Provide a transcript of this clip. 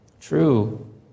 True